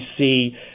see